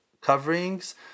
coverings